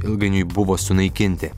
ilgainiui buvo sunaikinti